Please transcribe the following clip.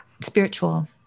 spiritual